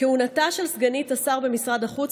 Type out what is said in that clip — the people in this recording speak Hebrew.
כהונתה של סגנית השר במשרד החוץ,